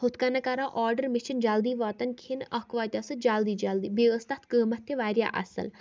ہُتھ کَن کران آرڈر مےٚ چھِ نہٕ جلدی واتان کِہینۍ اکھ واتیٚو سُہ جلدی جلدی بیٚیہِ اوس تَتھ قۭمتھ تہِ واریاہ اَصٕل